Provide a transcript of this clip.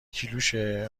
کیلوشه